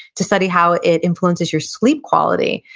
to study how it influences your sleep quality.